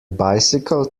bicycle